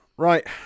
right